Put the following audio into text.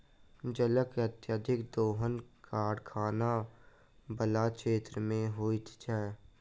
जलक अत्यधिक दोहन कारखाना बला क्षेत्र मे होइत छै